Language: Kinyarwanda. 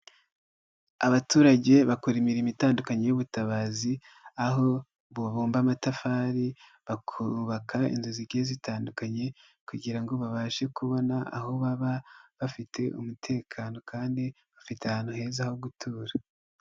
Abaturage bakora imirimo itandukanye y'ubutabazi aho babumba amatafari bakubaka inzu zigiye zitandukanye kugira ngo babashe kubona aho baba bafite umutekano kandi bafite ahantu heza ho gutura.